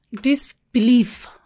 Disbelief